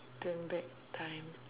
turn back time